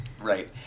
right